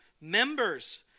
members